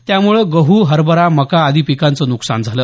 त्यामुळे गहू हरभरा मका आदी पिकांचं नुकसान झालं